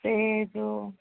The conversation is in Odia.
ସେ ଯେଉଁ